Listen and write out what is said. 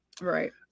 right